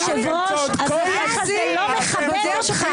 אדוני היושב-ראש, זה לא מכבד אותך.